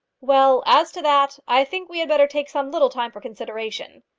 well as to that, i think we had better take some little time for consideration.